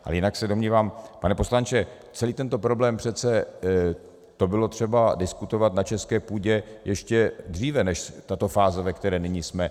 A jinak se domnívám, pane poslanče, celý tento problém, přece to bylo třeba diskutovat na české půdě ještě dříve než tato fáze, ve které nyní jsme.